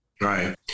Right